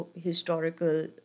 historical